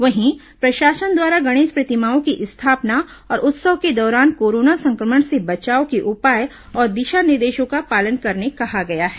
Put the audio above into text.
वहीं प्रशासन द्वारा गणेश प्रतिमाओं की स्थापना और उत्सव के दौरान कोरोना संक्रमण से बचाव के उपाय और दिशा निर्देशों का पालन करने कहा गया है